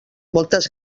moltes